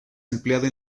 empleada